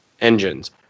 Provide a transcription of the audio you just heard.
Engines